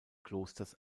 klosters